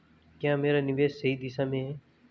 क्या मेरा निवेश सही दिशा में है?